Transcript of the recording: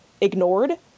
ignored